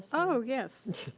so oh, yes,